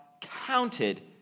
counted